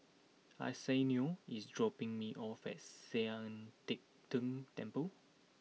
Arsenio is dropping me off at Sian Teck Tng Temple